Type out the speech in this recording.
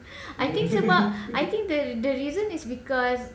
I think sebab I think the the the reason is because